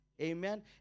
Amen